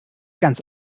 ganz